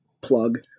Plug